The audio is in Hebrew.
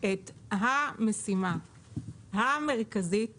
את המשימה המרכזית